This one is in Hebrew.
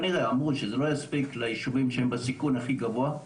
יספיק ליישובים שהם בסיכון הכי גבוה.